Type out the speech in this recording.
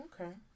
okay